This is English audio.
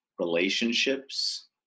relationships